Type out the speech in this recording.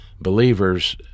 Believers